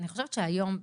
אני חושבת שהיום,